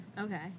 okay